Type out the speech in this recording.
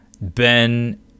Ben